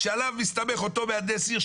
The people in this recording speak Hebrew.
שעליו הסתמך אותו מהנדס עיר,